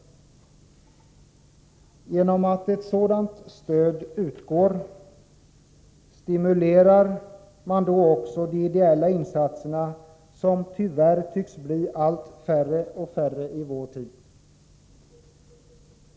Genom ett sådant stöd stimulerar man då också de ideella insatserna, som tyvärr tycks bli allt färre och färre i vår tid.